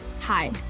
Hi